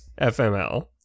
FML